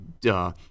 duh